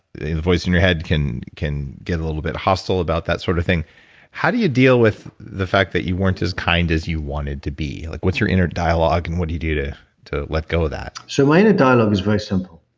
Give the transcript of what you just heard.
the voice in your head can can get a little bit hostile about that sort of thing how do you deal with the fact that you weren't as kind as you wanted to be? like what's your inner dialogue and what do you do to to let go of that? so my inner and dialogue is very simple.